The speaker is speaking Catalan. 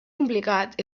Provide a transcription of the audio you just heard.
complicat